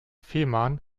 fehmarn